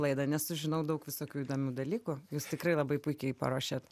laidą nes sužinau daug visokių įdomių dalykų jūs tikrai labai puikiai paruošiat